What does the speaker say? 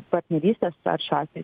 partnerystės ar šiuo atveju